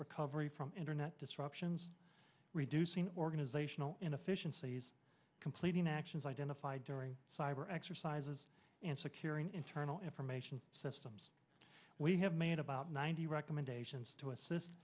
recovery from internet disruptions reducing organizational inefficiencies completing actions identified during cyber exercises and securing internal information systems we have made about ninety recommendations to assist